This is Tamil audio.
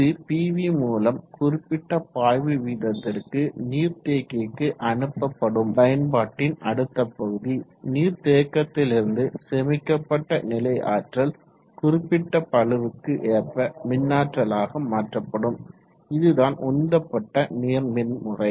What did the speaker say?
இது பிவி மூலம் குறிப்பிட்ட பாய்வு வீதத்திற்கு நீர் தேக்கிக்கு அனுப்பப்படும் பயன்பாட்டின் அடுத்த பகுதி நீர் தேக்கத்திலிருந்து சேமிக்கப்பட்ட நிலை ஆற்றல் குறிப்பிட்ட பளுவுக்கு ஏற்ப மின்னாற்றலாக மாற்றப்படும் இதுதான் உந்தப்பட்ட நீர்மின் முறை